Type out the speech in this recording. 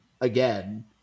again